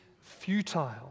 futile